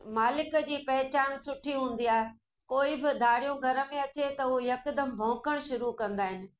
मालिक जी पहिचान सुठी हूंदी आहे कोई बि धारियो घर में अचे त उहो यकदमि भौकण शुरू कंदा आहिनि